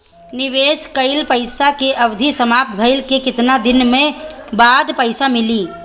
निवेश कइल पइसा के अवधि समाप्त भइले के केतना दिन बाद पइसा मिली?